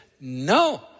No